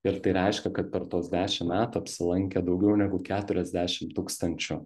ir tai reiškia kad per tuos dešim metų apsilankė daugiau negu keturiasdešim tūkstančių